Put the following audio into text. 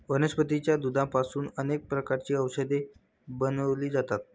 वनस्पतीच्या दुधापासून अनेक प्रकारची औषधे बनवली जातात